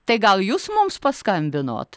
tai gal jūs mums paskambinot